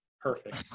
Perfect